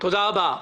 תודה רבה.